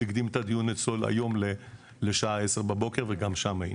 הקדים את הדיון אצלו להיום לשעה עשר בבוקר וגם שם היינו.